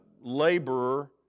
laborer